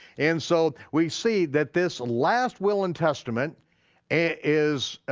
and so we see that this last will and testament is,